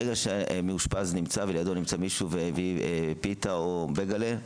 ברגע שמאושפז נמצא ולידו נמצא מישהו והביא פיתה או ביגלה,